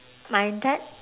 my dad